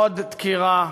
עוד דקירה,